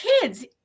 kids